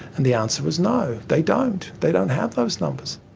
and the answer was no they don't, they don't have those numbers.